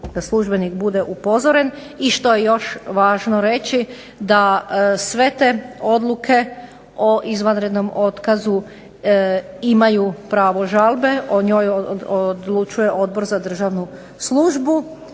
da službenik bude upozoren. I što je još važno reći da sve te odluke o izvanrednom otkazu imaju pravo žalbe. O njoj odlučuje Odbor za državnu službu.